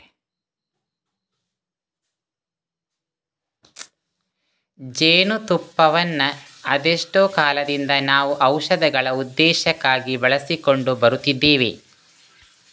ಜೇನು ತುಪ್ಪವನ್ನ ಅದೆಷ್ಟೋ ಕಾಲದಿಂದ ನಾವು ಔಷಧಗಳ ಉದ್ದೇಶಕ್ಕಾಗಿ ಬಳಸಿಕೊಂಡು ಬರುತ್ತಿದ್ದೇವೆ